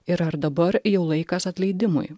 ir ar dabar jau laikas atleidimui